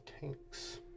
tanks